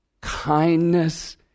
kindness